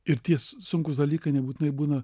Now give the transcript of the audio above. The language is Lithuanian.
ir tie sunkūs dalykai nebūtinai būna